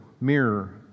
mirror